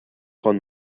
von